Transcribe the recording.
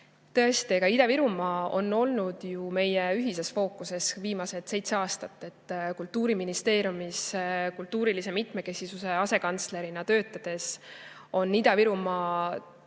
Tõesti, Ida-Virumaa on olnud ju meie ühises fookuses viimased seitse aastat. Kultuuriministeeriumis kultuurilise mitmekesisuse asekantslerina töötades on Ida-Virumaa kogu